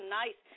nice